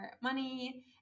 money